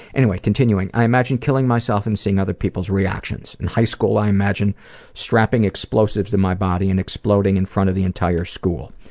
anyway, continuing. i imagine killing my self and seeing other peoples reactions. in high school i imagined strapping explosives to my body and exploding in front of the entire school.